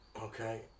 Okay